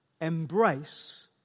Embrace